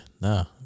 no